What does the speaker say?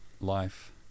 life